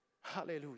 Hallelujah